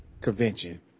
convention